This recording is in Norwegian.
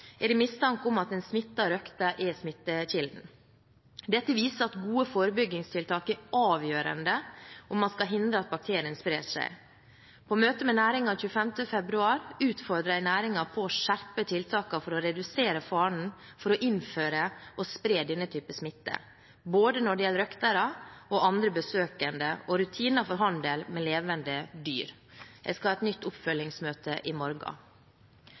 er det mistanke om at en smittet røkter er smittekilden. Dette viser at gode forebyggingstiltak er avgjørende om man skal hindre at bakterien sprer seg. På møte med næringen 25. februar utfordret jeg næringen på å skjerpe tiltakene for å redusere faren for å innføre og spre denne typen smitte, både når det gjelder røktere og andre besøkende og rutiner for handel med levende dyr. Jeg skal ha et nytt oppfølgingsmøte i morgen.